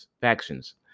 factions